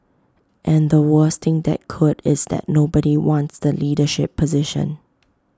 and the worst thing that could is that nobody wants the leadership position